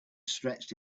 stretched